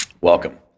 Welcome